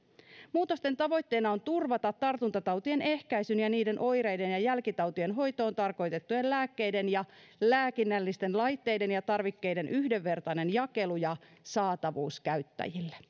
muutosten tavoitteena on turvata tartuntatautien ehkäisyn ja niiden oireiden ja jälkitautien hoitoon tarkoitettujen lääkkeiden ja lääkinnällisten laitteiden ja tarvikkeiden yhdenvertainen jakelu ja saatavuus käyttäjille